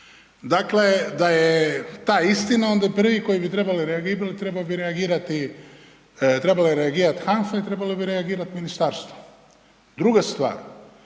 Dakle, da je ta istina, onda bi prvi koji bi trebali reagirati, trebali je reagirati HANFA i trebalo ni++bi reagirati ministarstvo. Druga stvar,